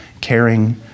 caring